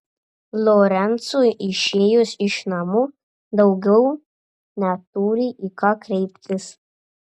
lorencui išėjus iš namų daugiau neturi į ką kreiptis